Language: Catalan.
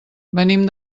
venim